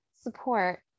support